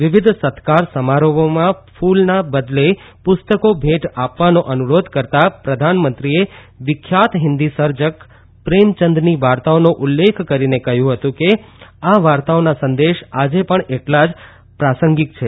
વિવિધ સત્કાર સમારંભોમાં કુલોના બદલે પુસ્તકો ભેટ આપવાનો અનુરોધ કરતાં પ્રધાનમંત્રીએ વિખ્યાત હિંદી સર્જક પ્રેમચંદની વાર્તાઓનો ઉલ્લેખ કરીને કહયું હતું કે આ વાર્તાઓના સંદેશ આજે પણ એટલા જ પ્રાસંગીક છે